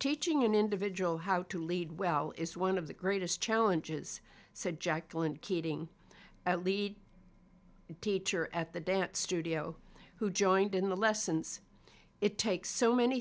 teaching an individual how to lead well is one of the greatest challenges said jacqueline keating a lead teacher at the dance studio who joined in the lessons it takes so many